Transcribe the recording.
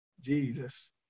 Jesus